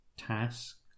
task